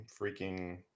Freaking